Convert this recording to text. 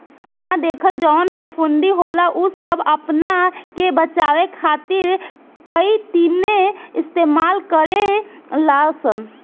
ना देखल जवन फफूंदी होला उ सब आपना के बचावे खातिर काइतीने इस्तेमाल करे लसन